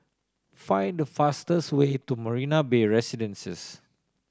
find the fastest way to Marina Bay Residences